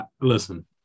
Listen